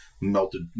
melted